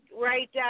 right